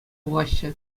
пухаҫҫӗ